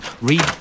read